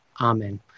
Amen